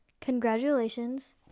congratulations